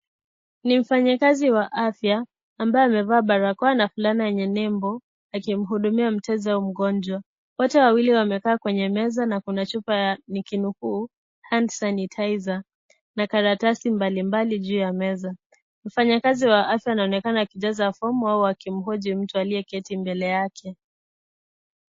Ni mfanyi kazi wa afya ambaye amevaa barakoa na fulana yenye nembo akimuhudumia mteja mgonjwa wote wawili wamekaa kwenye meza na kuna chupa ya kinukuu hand sanitizer na karatasi mbali mbali juu ya meza wafanya kazi wa afya anaonekana akijaza fomu au akimhoji mtu aliyeketi mbele yake.